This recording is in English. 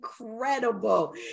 incredible